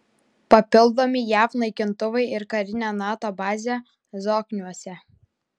papildomi jav naikintuvai ir karinė nato bazė zokniuose